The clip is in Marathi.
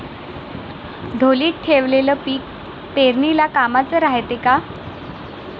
ढोलीत ठेवलेलं पीक पेरनीले कामाचं रायते का?